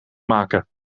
maken